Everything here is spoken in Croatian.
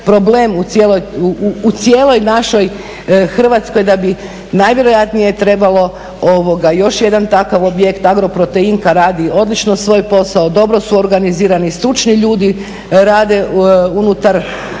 problem u cijeloj našoj Hrvatskoj da bi najvjerojatnije trebalo još jedan takav projekt Agroproteinka radi odlično svoj posao, dobro su organizirani i stručni ljudi rade unutar